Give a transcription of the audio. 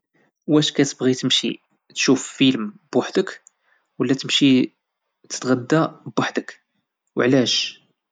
واش كتبغي تمشي تشوف فيلم بوحدك ولا تتغدى بوحدك وعلاش؟